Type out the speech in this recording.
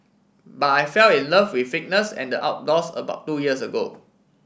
buy I fell in love with fitness and the outdoors about two years ago